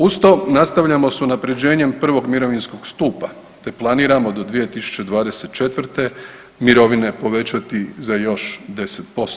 Uz to nastavljamo s unapređenjem prvom mirovinskog stupa te planiramo do 2024. mirovine povećati za još 10%